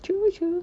true true